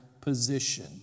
position